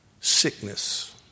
sickness